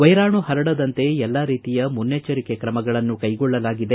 ವೈರಾಣು ಹರಡಂತೆ ಎಲ್ಲಾ ರೀತಿಯ ಮುನ್ನೆಚ್ವರಿಕೆ ಕ್ರಮಗಳನ್ನು ಕೈಗೊಳ್ಳಲಾಗಿದೆ